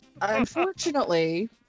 Unfortunately